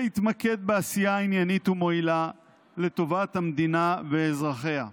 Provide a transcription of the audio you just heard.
ויתמקד בעשייה עניינית ומועילה לטובת המדינה ואזרחיה.